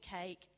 cake